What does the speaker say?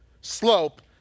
slope